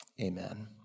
Amen